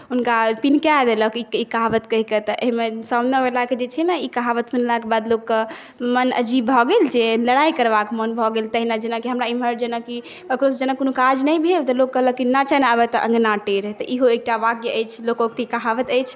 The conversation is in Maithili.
हुनका पिनका देलक ई कहि कऽ कहावत कहि कऽ तऽ एहिमे सामनेवला के जे छै ने ई कहावत सुनलाके बाद लोकके मोन अजीब भए गेल जे लड़ाई करवाक मोन भए गेल तहिना जेना कि हमरा एम्हर ककरोसँ जेना कोनो काज नहि भेलै तऽ लोक कहलक की नाचय ने आबय तऽ अङ्गना टेढ़ इहो एकटा वाक्य अछि लोकोक्ति कहावत अछि